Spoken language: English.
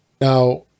Now